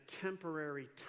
Temporary